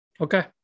Okay